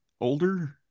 older